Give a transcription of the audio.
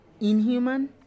inhuman